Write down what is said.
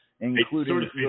including—